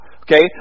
Okay